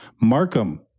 Markham